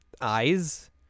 Eyes